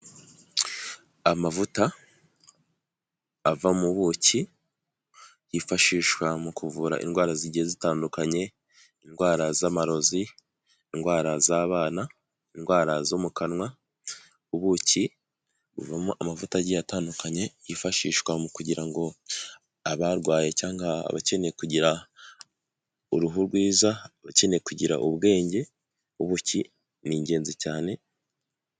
Amavuta ava mu buki yifashishwa mu kuvura indwara zigiye zitandukanye; indwara z'amarozi, indwara z'abana, indwara zo mu kanwa; ubuki buvamo amavuta agiye atandukanye yifashishwa mu kugira ngo abarwaye cyangwa abakeneye kugira uruhu rwiza; abakeneye kugira ubwenge; ubuki ni ingenzi cyane.